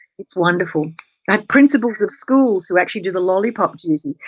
it's wonderful like principles of schools who actually do the lolly-pop duty,